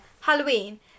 Halloween